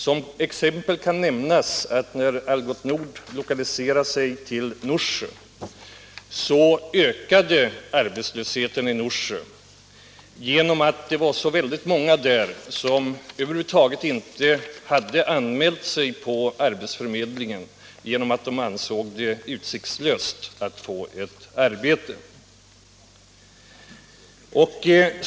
Som exempel kan nämnas att när Algots Nord lokaliserade sig till Norsjö ökade arbetslösheten där genom att det var så väldigt många på orten som över huvud taget inte hade anmält sig på arbetsförmedlingen därför att de ansett det utsiktslöst att erhålla ett arbete.